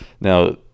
Now